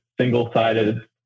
single-sided